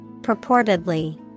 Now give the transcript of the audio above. Purportedly